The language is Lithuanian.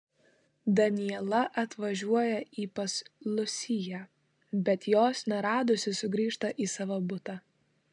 daniela atvažiuoja į pas lusiją bet jos neradusi sugrįžta į savo butą